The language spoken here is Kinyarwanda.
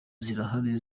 zirahari